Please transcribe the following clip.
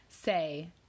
say